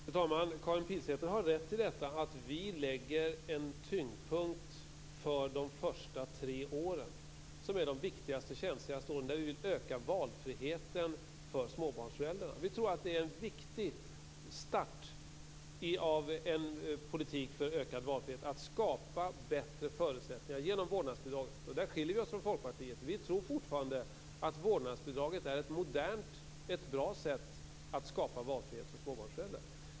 Fru talman! Karin Pilsäter har rätt i att vi lägger en tyngdpunkt på de första tre åren, som är de viktigaste och de känsligaste åren. Vi vill öka valfriheten för småbarnsföräldrarna. Vi tror nämligen att det är en viktig start på en politik för ökad valfrihet att just skapa bättre förutsättningar genom vårdnadsbidraget. Där skiljer vi oss från Folkpartiet. Vi tror fortfarande att vårdnadsbidraget är ett modernt och bra sätt att skapa valfrihet för småbarnsföräldrar.